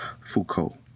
Foucault